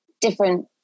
different